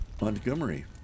Montgomery